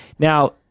Now